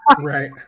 Right